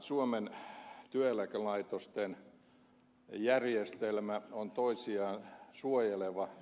suomen työeläkelaitosten järjestelmä on toisiaan suojeleva